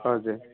हजुर